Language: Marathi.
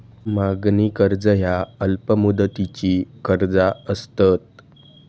मागणी कर्ज ह्या अल्प मुदतीची कर्जा असतत